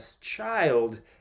child